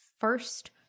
first